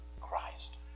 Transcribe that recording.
christ